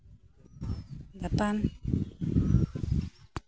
Japan